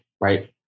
right